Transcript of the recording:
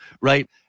right